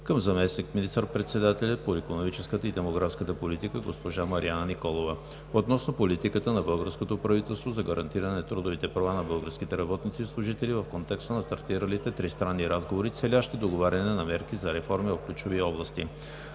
към заместник министър-председателя по икономическата и демографската политика госпожа Марияна Николова относно политиката на българското правителство за гарантиране на трудовите права на българските работници и служители в контекста на стартиралите тристранни разговори, целящи договаряне на мерки за реформи в ключови области